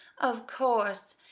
of course,